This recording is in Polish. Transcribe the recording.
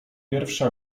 pierwsze